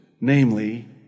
namely